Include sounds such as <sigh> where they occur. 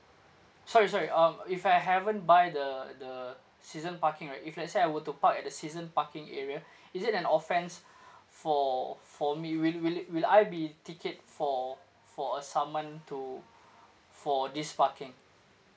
sorry sorry um if I haven't buy the the season parking right if let's say I were to park at the season parking area <breath> is it an offence <breath> for for me will will it will I be ticket for for a summon to for this parking